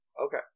Okay